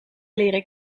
leren